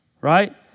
Right